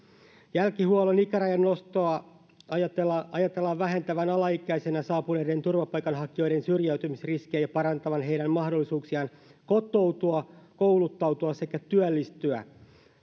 jälkihuollon ikärajan noston ajatellaan ajatellaan vähentävän alaikäisenä saapuneiden turvapaikanhakijoiden syrjäytymisriskiä ja parantavan heidän mahdollisuuksiaan kotoutua kouluttautua sekä työllistyä